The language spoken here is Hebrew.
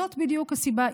זאת בדיוק הסיבה,